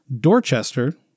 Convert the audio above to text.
Dorchester